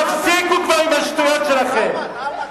תפסיקו כבר עם השטויות שלכם.